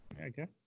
Okay